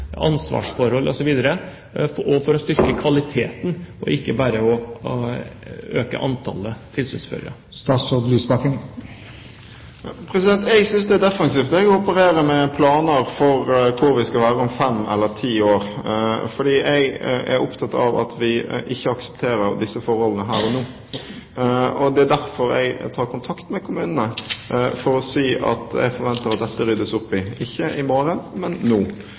og for å styrke kvaliteten og ikke bare øke antallet tilsynsførere? Jeg synes det er defensivt å operere med planer for hvor vi skal være om fem eller ti år, for jeg er opptatt av at vi ikke aksepterer disse forholdene her og nå. Derfor tar jeg kontakt med kommunene for å si at jeg forventer at det ryddes opp i dette – ikke i morgen, men nå.